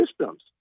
systems